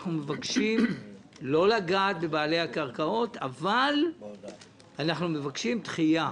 אנחנו מבקשים לא לגעת בבעלי הקרקעות אבל אנחנו מבקשים דחייה.